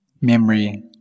memory